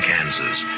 Kansas